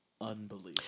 unbelievable